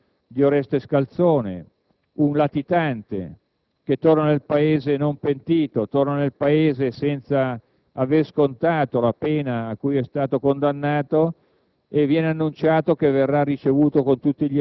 E poi, ancora, abbiamo visto l'esempio di Oreste Scalzone, un latitante, che è tornato nel Paese non pentito e senza aver scontato la pena a cui è stato condannato: